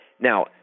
Now